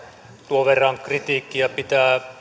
tuon verran kritiikkiä pitää